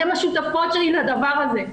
אתן השותפות שלנו לדבר הזה,